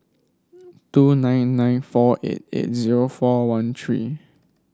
two nine nine four eight eight zero four one three